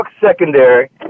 secondary